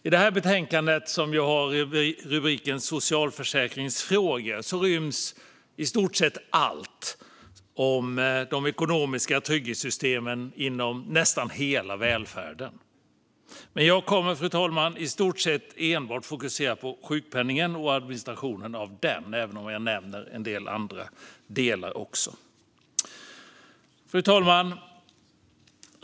I detta betänkande, som har rubriken Socialförsäkringsfrågor , ryms i stort sett allt om de ekonomiska trygghetssystemen inom nästan hela välfärden. Men jag kommer, fru talman, att i stort sett enbart fokusera på sjukpenningen och administrationen av den, även om jag också nämner en del andra delar. Fru talman!